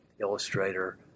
Illustrator